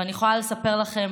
ואני יכולה לספר לכם